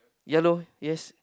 yalor yes